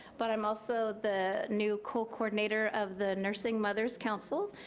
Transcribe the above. but i'm also the new co-coordinator of the nursing mother's council,